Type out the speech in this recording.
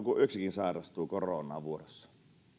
kun yksikin sairastuu koronaan vuorossa